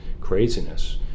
craziness